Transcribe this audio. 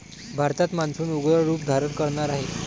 भारतात मान्सून उग्र रूप धारण करणार आहे